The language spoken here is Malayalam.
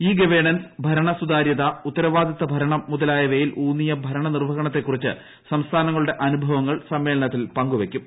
ഇ ഗവേണൻസ് ഭരണ സുതാര്യത ഉത്തരവാദിത്ത ഭരണം മുതലായവയിൽ ഊന്നിയ ഭരണ നിർവഹണ ത്തെക്കുറിച്ച് സംസ്ഥാനങ്ങളുടെ അനുഭവങ്ങൾ സമ്മേളനത്തിൽ പങ്കുവെയ്ക്കും